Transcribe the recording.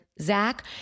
Zach